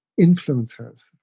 influencers